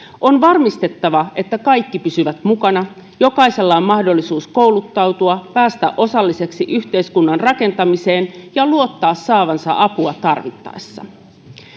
on varmistettava että kaikki pysyvät mukana jokaisella on mahdollisuus kouluttautua päästä osalliseksi yhteiskunnan rakentamiseen ja luottaa saavansa apua tarvittaessa